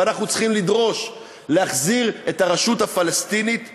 ואנחנו צריכים לדרוש להחזיר את הרשות הפלסטינית לעזה,